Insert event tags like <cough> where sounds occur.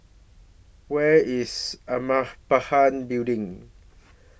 Where IS <unintelligible> Building